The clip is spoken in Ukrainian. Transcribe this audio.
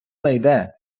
найде